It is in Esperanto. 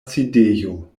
sidejo